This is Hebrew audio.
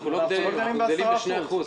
אנחנו גדלים רק ב-2%.